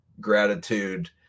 gratitude